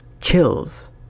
chills